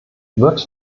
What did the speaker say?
wird